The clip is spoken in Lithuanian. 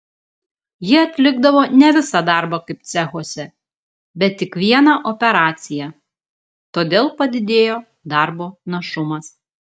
jie atlikdavo ne visą darbą kaip cechuose bet tik vieną operaciją todėl padidėjo darbo našumas